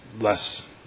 less